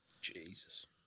Jesus